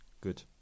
Good